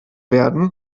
werden